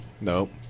Nope